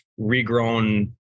regrown